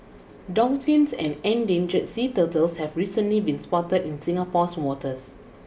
dolphins and endangered sea turtles have recently been spotted in Singapore's waters